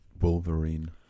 Wolverine